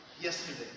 yesterday